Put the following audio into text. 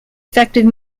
effective